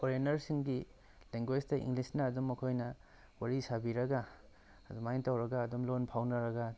ꯐꯣꯔꯦꯟꯅꯔꯁꯤꯡꯒꯤ ꯂꯦꯟꯒ꯭ꯋꯦꯖꯇ ꯏꯪꯂꯤꯁꯅ ꯑꯗꯨꯝ ꯃꯈꯣꯏꯅ ꯋꯥꯔꯤ ꯁꯥꯕꯤꯔꯒ ꯑꯗꯨꯃꯥꯏꯅ ꯇꯧꯔꯒ ꯑꯗꯨꯝ ꯂꯣꯜ ꯐꯥꯎꯅꯔꯒ